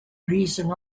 reason